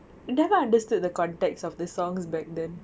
never understood the context of the songs back then